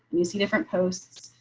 you see different posts.